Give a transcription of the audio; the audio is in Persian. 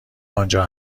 آنجا